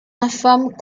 infâme